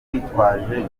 twitwaje